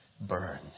burn